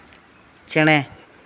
ᱪᱮᱬᱮ